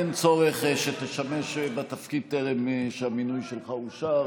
אין צורך שתשתמש בתפקיד טרם שהמינוי שלך אושר.